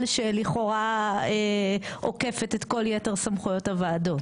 שלכאורה עוקפת את כל יתר סמכויות הוועדות.